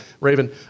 raven